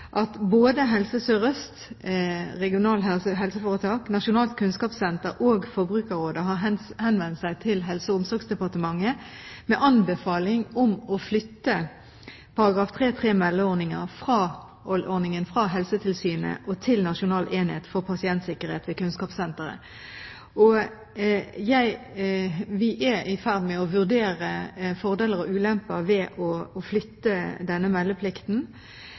at både Helse Sør-Øst RHF, Nasjonalt kunnskapssenter for helsetjenesten og Forbrukerrådet har henvendt seg til Helse- og omsorgsdepartementet med anbefaling om å flytte § 3-3, om meldeordningen, fra Helsetilsynet til Nasjonal enhet for pasientsikkerhet ved Kunnskapssenteret. Vi er i ferd med å vurdere fordeler og ulemper ved å flytte denne meldeplikten.